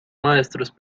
maestros